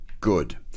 good